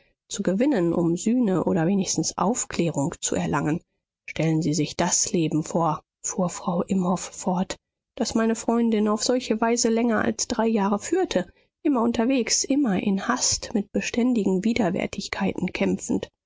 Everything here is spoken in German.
zu gewinnen um sühne oder wenigstens aufklärung zu erlangen stellen sie sich das leben vor fuhr frau imhoff fort das meine freundin auf solche weise länger als drei jahre führte immer unterwegs immer in hast mit beständigen widerwärtigkeiten kämpfend